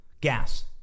gas